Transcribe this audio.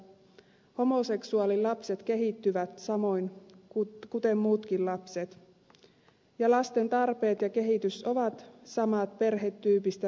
homoseksuaalien lapset kehittyvät samoin kuin muutkin lapset ja lasten tarpeet ja kehitys ovat samat perhetyypistä riippumatta